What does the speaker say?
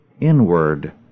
inward